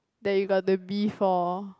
then you go to B four